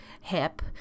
hip